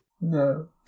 no